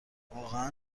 واقعا